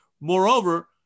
Moreover